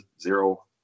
zero